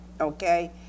okay